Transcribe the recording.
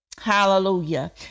Hallelujah